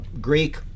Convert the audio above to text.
Greek